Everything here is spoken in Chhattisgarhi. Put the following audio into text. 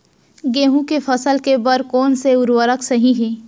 गेहूँ के फसल के बर कोन से उर्वरक सही है?